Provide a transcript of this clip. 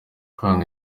kwanga